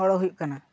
ᱦᱚᱨᱚᱜ ᱦᱩᱭᱩᱜ ᱠᱟᱱᱟ